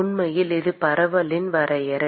உண்மையில் இது பரவலின் வரையறை